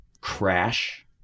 crash